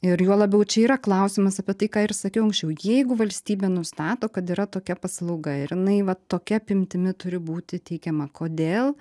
ir juo labiau čia yra klausimas apie tai ką ir sakiau anksčiau jeigu valstybė nustato kad yra tokia paslauga ir jinai vat tokia apimtimi turi būti teikiama kodėl